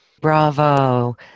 Bravo